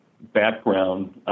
background